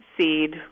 seed